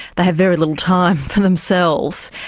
they have very little time for themselves.